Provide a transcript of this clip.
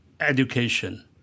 education